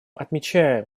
отмечаем